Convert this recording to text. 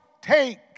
take